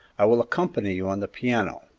i will accompany you on the piano.